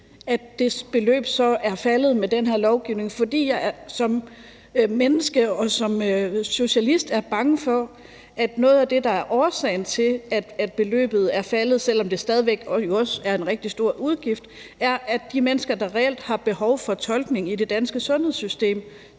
at det beløb så er faldet med den her lovgivning, fordi jeg som menneske og som socialist er bange for, at noget af det, der er årsagen til, at beløbet er faldet, selv om det jo stadig væk også er en rigtig stor udgift, er, at de mennesker, der reelt har behov for tolkning i det danske sundhedssystem,